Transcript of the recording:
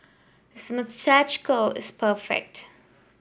his moustache curl is perfect